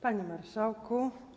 Panie Marszałku!